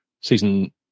Season